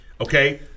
Okay